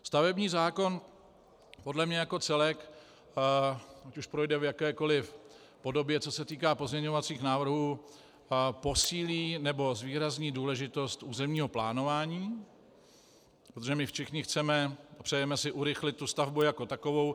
Stavební zákon podle mě jako celek, ať už projde v jakékoliv podobě, co se týká pozměňovacích návrhů, posílí nebo zvýrazní důležitost územního plánování, protože my všichni chceme a přejeme si urychlit stavbu jako takovou.